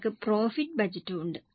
നിങ്ങൾക്ക് പ്രോഫിറ്റ് ബജറ്റുകളും ഉണ്ട്